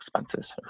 expenses